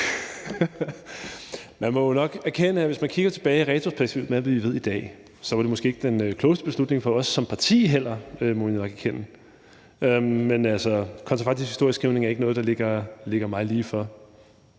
Man må jo nok erkende, at hvis man kigger tilbage retrospektivt med, hvad vi ved i dag, så var det måske ikke den klogeste beslutning, heller ikke for os som parti. Det må vi nok erkende. Men altså, kontrafaktisk historieskrivning er ikke noget, der ligger mig ligefor.